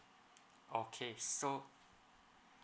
okay so